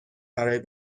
برای